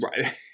right